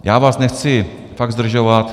Já vás nechci fakt zdržovat.